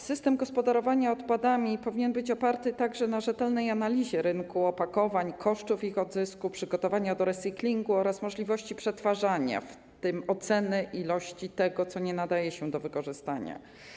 System gospodarowania odpadami powinien być oparty także na rzetelnej analizie rynku opakowań, kosztów ich odzysku, przygotowania do recyklingu oraz możliwości przetwarzania, w tym oceny ilości tego, co nie nadaje się do wykorzystania.